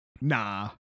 nah